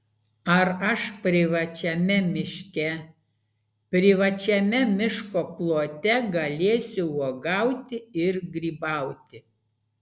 ar aš privačiame miške privačiame miško plote galėsiu uogauti ir grybauti